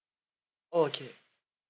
oh okay